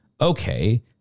okay